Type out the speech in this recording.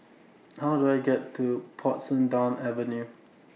How Do I get to Portsdown Avenue